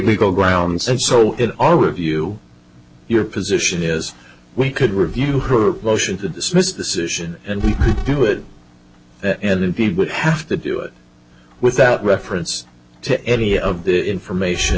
legal grounds and so all review your position is we could review her motion to dismiss decision and we would and then people would have to do it without reference to any of the information